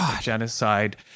genocide